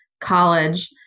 college